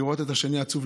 לראות את השני עצוב,